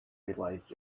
realize